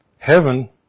Heaven